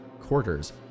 quarters